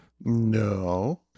No